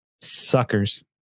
Suckers